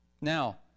Now